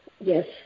Yes